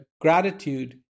gratitude